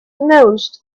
most